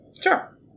Sure